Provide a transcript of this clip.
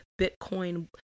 Bitcoin